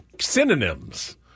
synonyms